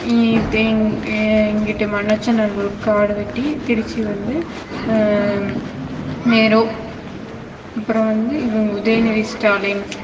இங்கிட்டு இங்கிட்டு மண்ணச்சநல்லூர் காடுவெட்டி திருச்சி வந்து நேரு அப்புறம் வந்து இவங்க உதயநிதி ஸ்டாலின்